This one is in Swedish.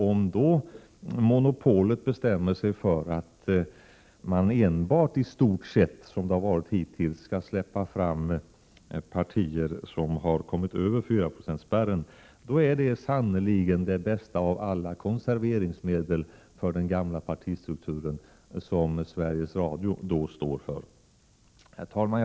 Om monopolet bestämmer sig för att i stort sett — som det har varit hittills — enbart släppa fram partier som har kommit över fyraprocentsspärren, är det sannerligen det bästa av alla konserveringsmedel för den gamla partistrukturen som Sveriges Radio då står för. Herr talman!